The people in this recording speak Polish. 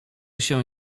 się